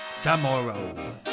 tomorrow